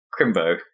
Crimbo